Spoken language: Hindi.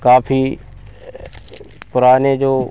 काफ़ी पुराने जो